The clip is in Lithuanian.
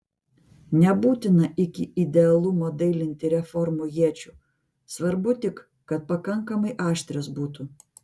nebūtina iki idealumo dailinti reformų iečių svarbu tik kad pakankamai aštrios būtų